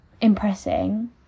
impressing